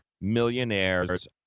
millionaires